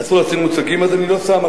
אסור להציג מוצגים, אז אני לא שם.